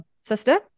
sister